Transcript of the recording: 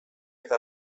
eta